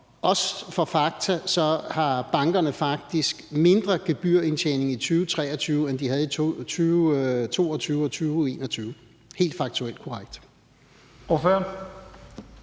også, at bankerne faktisk har haft mindre gebyrindtjening i 2023, end de havde i 2022 og 2021; det er faktuelt helt korrekt.